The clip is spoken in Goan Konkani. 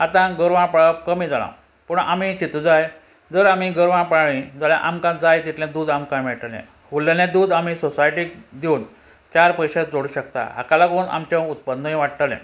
आतां गोरवां पाळप कमी जालां पूण आमी चिंतूं जाय जर आमी गोरवां पाळ्ळीं जाल्यार आमकां जाय तितलें दूद आमकां मेयटलें उरलेलें दूद आमी सोसायटीक दिवन चार पयशे जोडूं शकता हाका लागून आमचें उत्पन्नूय वाडटलें